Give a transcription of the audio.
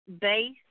base